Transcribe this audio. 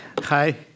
hi